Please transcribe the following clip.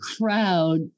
crowd